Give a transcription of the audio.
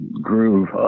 groove